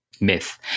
myth